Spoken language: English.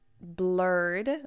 blurred